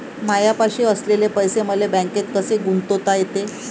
मायापाशी असलेले पैसे मले बँकेत कसे गुंतोता येते?